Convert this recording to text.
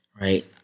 right